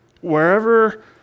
wherever